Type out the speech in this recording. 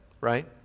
right